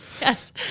Yes